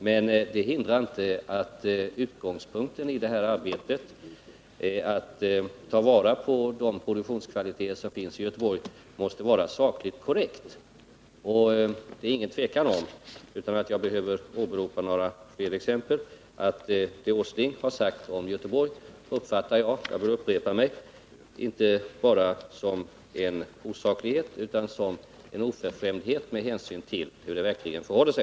Men det hindrar inte att utgångspunkten i detta arbete, att ta vara på de produktionskvaliteter som finns i Göteborg, måste vara sakligt korrekt. Det är inget tvivel om, utan att jag behöver åberopa några fler exempel, att det Nils Åsling har sagt om Göteborg — jag vill upprepa detta — inte bara är en osaklighet utan en oförskämdhet med hänsyn till hur det verkligen förhåller sig.